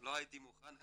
הייתי מוכן.